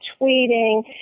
tweeting